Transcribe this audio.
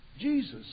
Jesus